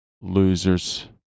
losers